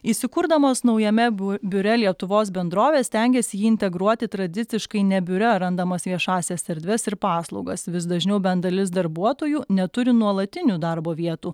įsikurdamos naujame biure lietuvos bendrovės stengiasi jį integruoti tradiciškai ne biure randamas viešąsias erdves ir paslaugas vis dažniau bent dalis darbuotojų neturi nuolatinių darbo vietų